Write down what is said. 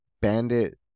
Bandit